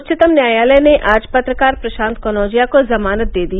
उच्चतम न्यायालय ने आज पत्रकार प्रशांत कनौजिया को जमानत दे दी